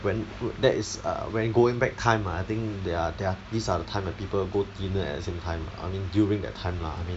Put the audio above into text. when good that is err when going back time ah I think there are there are these are the time that people go dinner at the same time lah I mean during that time lah I mean